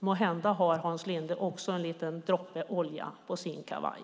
Måhända har också Hans Linde en liten droppe olja på sin kavaj.